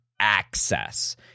access